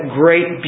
great